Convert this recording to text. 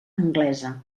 anglesa